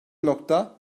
nokta